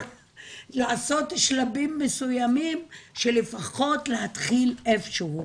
לעשות שלבים מסוימים שלפחות נתחיל איפשהו.